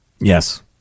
Yes